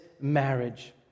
marriage